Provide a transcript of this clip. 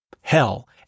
hell